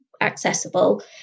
accessible